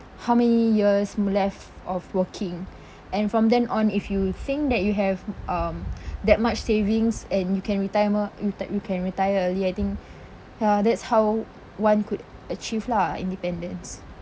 how many years left of working and from then on if you think that you have um that much savings and you can retireme~ reti~ you can retire early I think ya that's how one could achieve lah independence